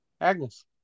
Agnes